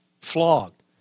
flogged